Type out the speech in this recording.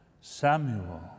Samuel